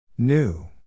New